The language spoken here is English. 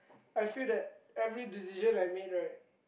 I feel that every decision I made right